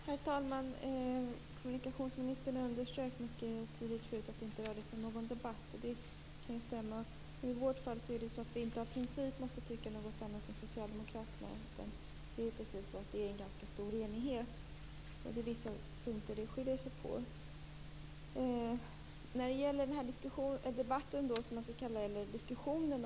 Herr talman! Kommunikationsministern underströk mycket tydligt att detta inte rör sig om någon debatt, och det kan ju stämma. I vårt fall är det så att vi inte av princip måste ha en annan uppfattning än Socialdemokraterna. I den här frågan är det ganska stor enighet. Men det finns vissa punkter där uppfattningarna skiljer sig.